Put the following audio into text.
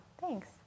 Thanks